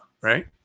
right